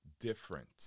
different